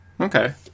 okay